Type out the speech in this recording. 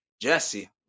Jesse